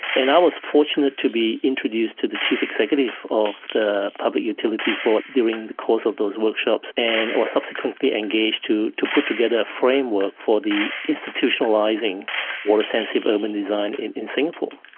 and i was fortunate to be introduced to the chief executive of the public utilities board during the course of those workshops, and was subsequently engaged to to put together a framework for the institutionalising water sense of urban design in in singapore.